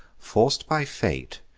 forc'd by fate,